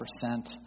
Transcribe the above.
percent